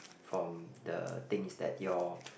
from the things that your